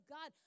God